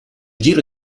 giro